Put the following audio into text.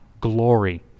glory